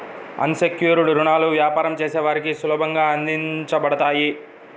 అన్ secured రుణాలు వ్యాపారం చేసే వారికి సులభంగా అందించబడతాయి